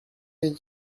les